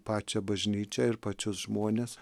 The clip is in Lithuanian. pačią bažnyčią ir pačius žmones